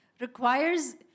requires